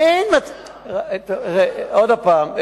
עוד פעם,